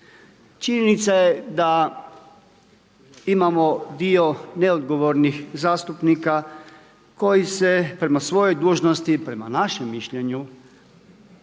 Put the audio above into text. Činjenica je da imamo dio neodgovornih zastupnika koji se prema svojoj dužnosti, prema našem mišljenju,